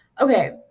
okay